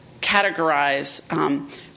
categorize